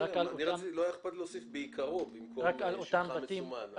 לא אכפת לי להוסיף "בעיקרו" במקום "שטחה מסומן".